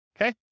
Okay